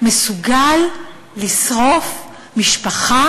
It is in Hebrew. מסוגל לשרוף משפחה